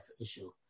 issue